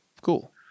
cool